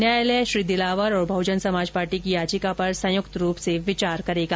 न्यायालय श्री दिलावर और बहुजन समाज पार्टी की याचिका पर संयुक्त रूप से विचार करेगा